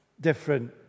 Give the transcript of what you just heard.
different